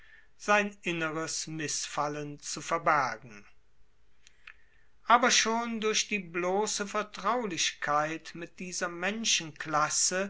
sein inneres mißfallen zu verbergen aber schon durch die bloße vertraulichkeit mit dieser